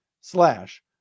slash